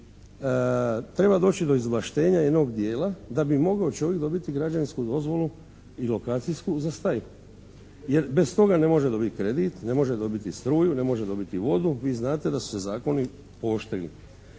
treba doći do izvlaštenja jednog dijela da bi mogao čovjek dobiti građevinsku dozvolu i lokacijsku za staju. Jer bez toga ne može dobiti kredit, ne može dobiti struju, ne može dobiti vodu. Vi znate da su se zakoni pooštrili.